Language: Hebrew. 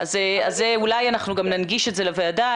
אז אולי אנחנו ננגיש את זה לוועדה,